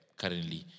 currently